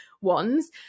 ones